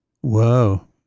Whoa